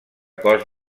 cos